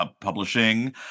publishing